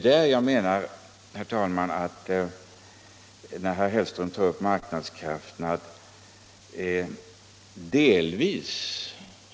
Herr Hellström tog upp marknadskrafterna.